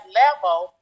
level